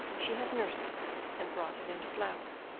she has nursed it and brought it into flower.